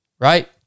right